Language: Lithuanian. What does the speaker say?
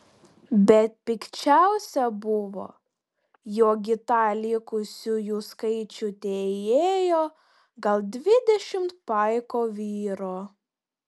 bet pikčiausia buvo jog į tą likusiųjų skaičių teįėjo gal dvidešimt paiko vyrų